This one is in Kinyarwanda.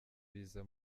biza